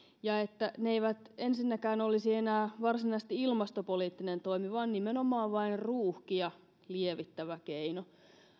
ja että ne eivät ensinnäkään olisi enää varsinaisesti ilmastopoliittinen toimi vaan nimenomaan vain ruuhkia lievittävä keino